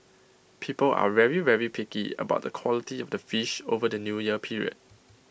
people are very very picky about the quality of the fish over the New Year period